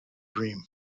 dream